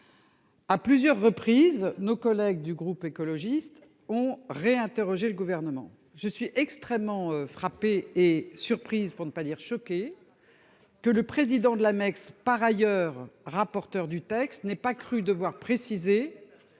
À plusieurs reprises, nos collègues du groupe écologiste ont réinterroger le gouvernement. Je suis extrêmement frappé et surprise pour ne pas dire choqués. Que le président de l'Amex par ailleurs rapporteur du texte n'ait pas cru devoir préciser.